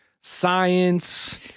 science